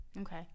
Okay